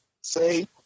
say